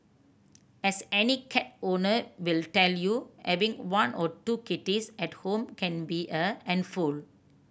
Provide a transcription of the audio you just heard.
as any cat owner will tell you having one or two kitties at home can be a handful